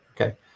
Okay